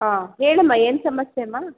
ಹಾಂ ಹೇಳಮ್ಮ ಏನು ಸಮಸ್ಯೆ ಅಮ್ಮ